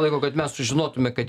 laiko kad mes sužinotume kad